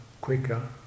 quicker